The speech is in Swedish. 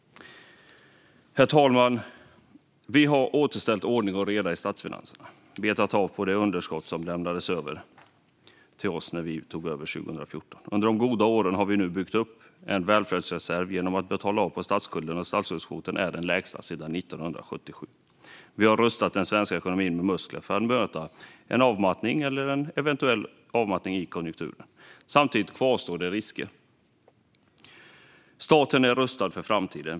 Herr talman! Vi har återställt ordning och reda i statsfinanserna och betat av på det underskott som lämnades över till oss när vi tog över 2014. Under de goda åren har vi nu byggt upp en välfärdsreserv genom att betala av på statsskulden, och statsskuldskvoten är den lägsta sedan 1977. Vi har rustat den svenska ekonomin med muskler för att möta en eventuell avmattning i konjunkturen. Samtidigt kvarstår risker. Staten är rustad för framtiden.